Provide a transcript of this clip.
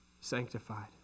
sanctified